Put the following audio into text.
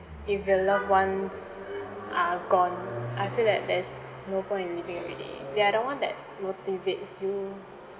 if your loved ones are gone I feel like there's no point in living already they are the one that motivates you